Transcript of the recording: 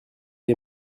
est